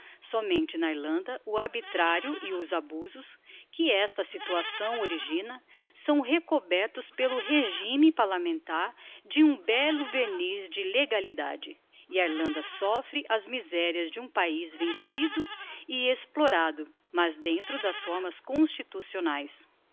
sómente na irlanda o arbitrario e os abusos que esta situação origina são recobertos pelo regimen parlamentar de um bello verniz de legalidade e a irlanda soffre as miserias de um paiz vencido e explorado mas dentro das fórmas constitucionaes